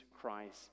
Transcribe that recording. Christ